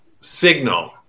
signal